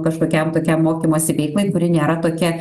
kažkokiam tokiam mokymosi veiklai kuri nėra tokia